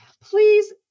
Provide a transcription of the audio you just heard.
Please